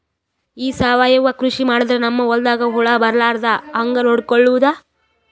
ಈ ಸಾವಯವ ಕೃಷಿ ಮಾಡದ್ರ ನಮ್ ಹೊಲ್ದಾಗ ಹುಳ ಬರಲಾರದ ಹಂಗ್ ನೋಡಿಕೊಳ್ಳುವುದ?